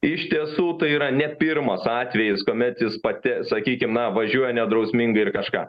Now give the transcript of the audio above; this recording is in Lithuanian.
iš tiesų tai yra ne pirmas atvejis kuomet jūs pati sakykim na važiuoja nedrausmingai ir kažką